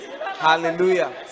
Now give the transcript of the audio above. Hallelujah